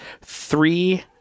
three